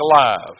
alive